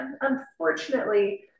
unfortunately